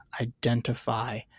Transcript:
identify